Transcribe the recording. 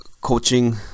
coaching